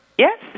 Yes